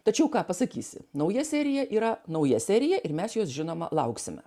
tačiau ką pasakysi nauja serija yra nauja serija ir mes jos žinoma lauksime